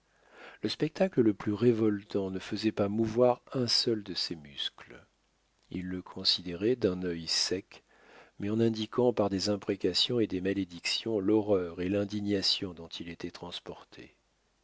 le spectacle le plus révoltant ne faisait pas mouvoir un seul de ses muscles il le considérait d'un œil sec mais en indiquant par des imprécations et des malédictions l'horreur et l'indignation dont il était transporté